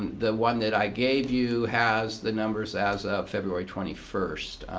the one that i gave you has the numbers as of february twenty first.